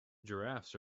giraffes